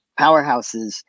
powerhouses